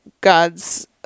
God's